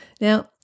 Now